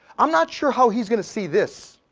i'm not sure how he's gonna see this.